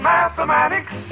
Mathematics